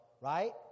right